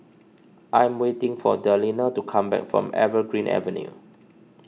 I am waiting for Delina to come back from Evergreen Avenue